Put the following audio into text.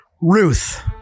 Ruth